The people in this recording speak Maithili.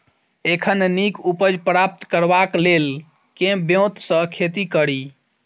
एखन नीक उपज प्राप्त करबाक लेल केँ ब्योंत सऽ खेती कड़ी?